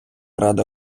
ради